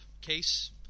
case